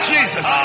Jesus